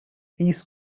east